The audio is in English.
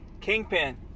Kingpin